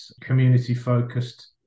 community-focused